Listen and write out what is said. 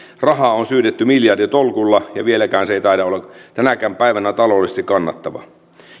rahaa on syydetty miljarditolkulla ja vieläkään se ei taida olla tänäkään päivänä taloudellisesti kannattava